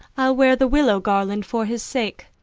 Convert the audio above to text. i weare the willow garland for his sake